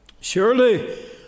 Surely